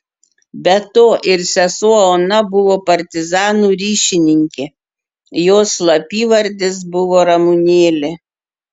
be to ir sesuo ona buvo partizanų ryšininkė jos slapyvardis buvo ramunėlė